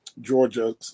Georgia